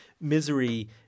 misery